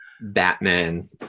Batman